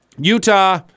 Utah